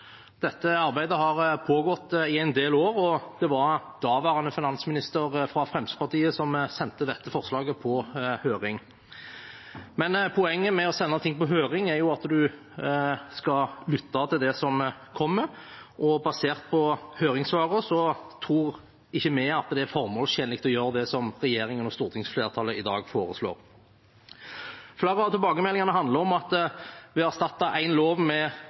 Dette arbeidet har pågått i en del år, og det var daværende finansminister fra Fremskrittspartiet som sendte dette forslaget på høring. Poenget med å sende ting på høring, er jo at en skal lytte til det som kommer, og basert på høringssvarene tror ikke vi det er formålstjenlig å gjøre det regjeringen og stortingsflertallet i dag foreslår. Flere av tilbakemeldingene handler om at ved å erstatte én lov med